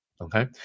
okay